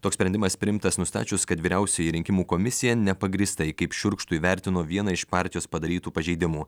toks sprendimas priimtas nustačius kad vyriausioji rinkimų komisija nepagrįstai kaip šiurkštų įvertino vieną iš partijos padarytų pažeidimų